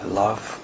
love